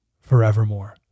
forevermore